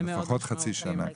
לפחות חצי שנה.